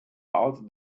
out